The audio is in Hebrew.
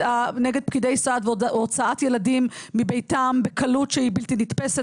פקידי סעד והוצאת ילדים מביתם בקלות שהיא בלתי נתפסת,